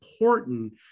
important